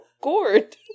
gourd